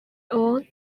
own